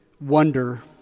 wonder